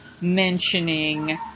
mentioning